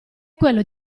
quello